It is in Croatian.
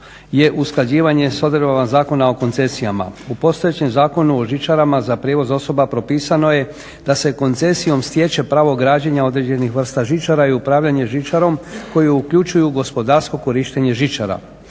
dosadašnjim Zakonom o žičarama za prijevoz osoba uređuje se između ostalog stjecanje prava građenja određenih vrsta žičara i upravljanje žičarom koje uključuje gospodarsko korištenje istih.